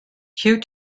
huw